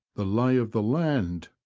the lay of the land,